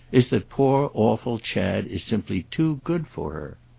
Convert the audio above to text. is that poor awful chad is simply too good for her.